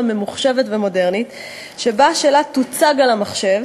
ממוחשבת ומודרנית שבה השאלה תוצג על המחשב,